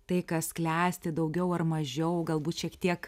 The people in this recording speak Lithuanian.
tai kas klesti daugiau ar mažiau galbūt šiek tiek